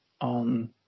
on